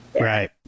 Right